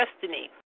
destiny